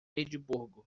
edimburgo